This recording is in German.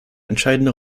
entscheidende